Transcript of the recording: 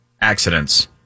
accidents